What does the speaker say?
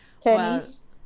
tennis